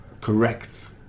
correct